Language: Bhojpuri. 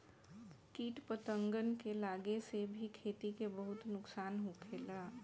किट पतंगन के लागे से भी खेती के बहुत नुक्सान होखेला